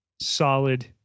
solid